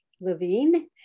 Levine